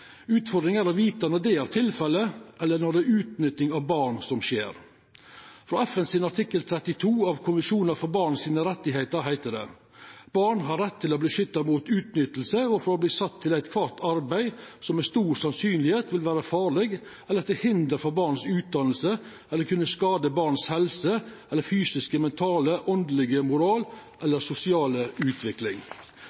Utfordringa er å vita når det er tilfellet, eller når det er utnytting av barn som skjer. I FNs artikkel 32 i konvensjonen for barn sine rettar heiter det: «Barn har rett til å bli beskyttet mot utnyttelse og fra og bli satt til ethvert arbeid som med stor sannsynlighet vil være farlig eller til hinder for barns utdannelse eller kunne skade barnas helse, eller fysiske, mentale, åndelige moral eller sosiale utvikling.»